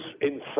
insane